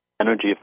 energy